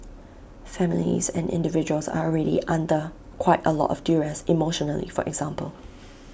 families and individuals are already under quite A lot of duress emotionally for example